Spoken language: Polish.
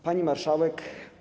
Pani Marszałek!